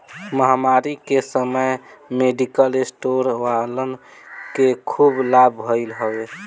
महामारी के समय मेडिकल स्टोर वालन के खूब लाभ भईल हवे